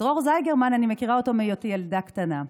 את דרור זיגרמן אני מכירה עוד מהיותי ילדה קטנה.